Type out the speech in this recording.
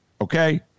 Okay